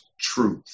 truth